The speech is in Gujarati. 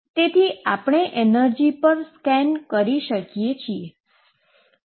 તેથી આપણે એનર્જી પર સ્કેન કરી શકીએ છીએ